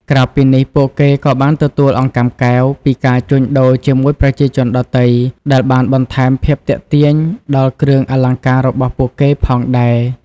ក្រៅពីនេះ ពួកគេក៏បានទទួល អង្កាំកែវ ពីការជួញដូរជាមួយប្រជាជនដទៃ ដែលបានបន្ថែមភាពទាក់ទាញដល់គ្រឿងអលង្ការរបស់ពួកគេផងដែរ។